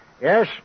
Yes